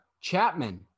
Chapman